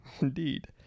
Indeed